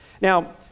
Now